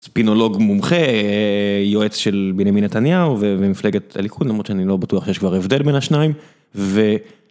ספינולוג מומחה, יועץ של בנימין נתניהו ומפלגת הליכוד, למרות שאני לא בטוח שיש כבר הבדל בין השניים, ו...